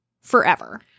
forever